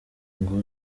ngo